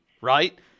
right